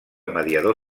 mediador